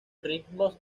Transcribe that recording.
ritmos